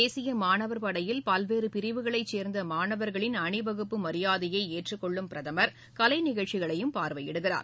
தேசிய மாணவர்படையில் பல்வேறு பிரிவுகளைச்சேர்ந்த மாணவர்களின் அணிவகுப்பு மரியாதையை ஏற்றுக்கொள்ளும் பிரதமர் கலை நிகழ்ச்சிகளையும் பார்வையிடுகிறார்